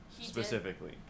Specifically